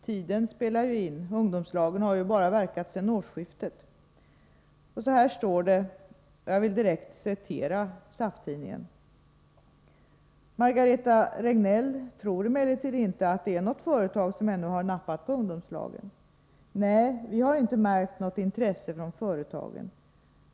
”Tiden spelar in; ungdomslagen har ju bara verkat sedan årsskiftet.” Vidare står det i tidningen: ”Margareta Regnell tror emellertid inte att det är något företag som ännu har nappat på ungdomslagen. —- Nej, vi har inte märkt något intresse från företagen.